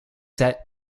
set